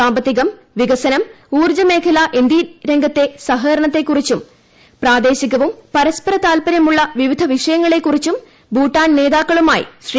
സാമ്പത്തികം വികസനം ഊർജ്ജമേഖല എന്നീട് ് രംഗത്തെ സഹകരണത്തെക്കുറിച്ചും പ്രാദേശികവും പരസ്പര താത്പരൃമുള്ള വിഷയങ്ങളെക്കുറിച്ചും ഭൂട്ടാൻ നേതാക്കളുമായി ശ്രീ